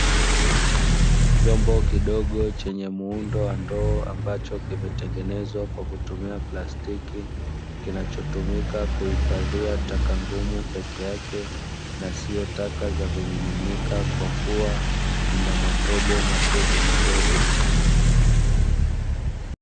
Chombo kidogo chenye muundo wa ndoo ambacho kimetengenezwa kwa kutumia plastiki, kinachotumika kuhifadhia taka ngumu peke yake na sio taka za vimiminika kwa kuwa lina matobo madogomadogo.